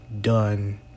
done